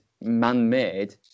man-made